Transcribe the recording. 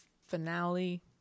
finale